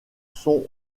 sont